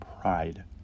pride